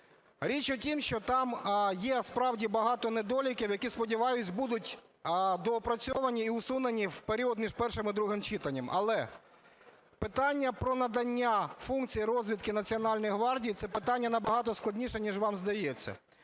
Річ в тім, що там є справді багато недоліків, які, сподіваюсь, будуть доопрацьовані і усунені в період між першим і другим читанням. Але питання про надання функцій розвідки Національній гвардії - це питання набагато складніше, ніж вам здається.